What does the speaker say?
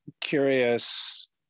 curious